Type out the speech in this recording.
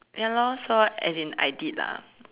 ya lor so as in I did lah